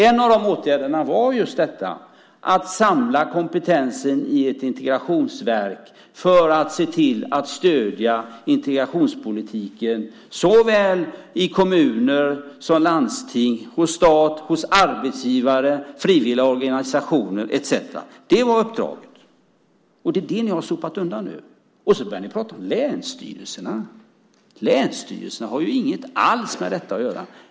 En av de åtgärderna var just att samla kompetensen i ett integrationsverk för att stödja integrationspolitiken såväl i kommuner, landsting och stat som hos arbetsgivare, frivilliga organisationer etcetera. Det var uppdraget. Det har ni sopat undan nu, och så börjar ni prata om länsstyrelserna. Länsstyrelserna har inget alls med detta att göra.